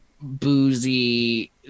boozy